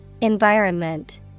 Environment